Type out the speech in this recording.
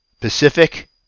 Pacific